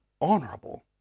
honorable